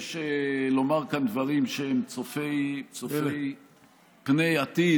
מבקש לומר כאן דברים שהם צופי פני עתיד,